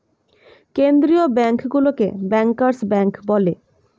কেন্দ্রীয় ব্যাঙ্কগুলোকে bankers bank বলে